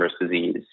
disease